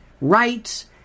rights